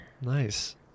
Nice